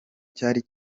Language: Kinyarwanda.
cyari